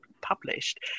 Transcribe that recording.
published